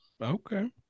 Okay